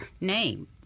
name